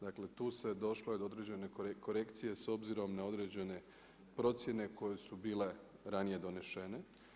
Dakle tu se, došlo je do određen korekcije s obzirom na određene procjene koje su bile ranije donešene.